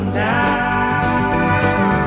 now